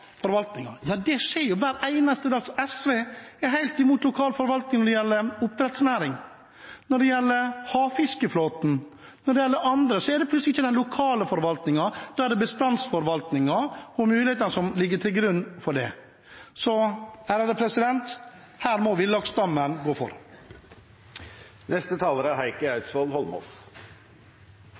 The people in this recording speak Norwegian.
Det skjer jo hver eneste dag: SV er helt imot lokal forvaltning når det gjelder oppdrettsnæring, når det gjelder havfiskeflåten. Når det gjelder andre, er det plutselig ikke den lokale forvaltningen, da er det bestandsforvaltningen og mulighetene som ligger til grunn for den. Her må villaksstammen gå foran. Jeg synes det er ganske freidig av parlamentarisk leder i Fremskrittspartiet å gå opp og si at SV ikke er